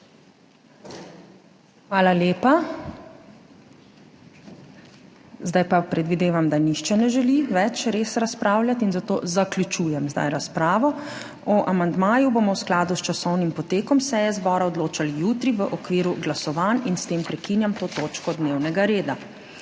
ZUPANČIČ: Zdaj pa predvidevam, da nihče ne želi več res razpravljati in zato zaključujem zdaj razpravo. O amandmaju bomo v skladu s časovnim potekom seje zbora odločali jutri v okviru glasovanj. S tem prekinjam to točko dnevnega reda.